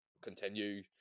continue